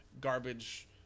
garbage